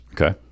Okay